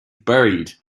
buried